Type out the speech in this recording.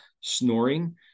snoring